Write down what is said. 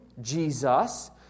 Jesus